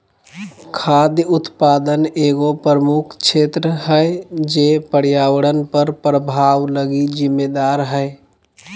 खाद्य उत्पादन एगो प्रमुख क्षेत्र है जे पर्यावरण पर प्रभाव लगी जिम्मेदार हइ